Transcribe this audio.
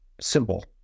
simple